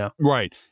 Right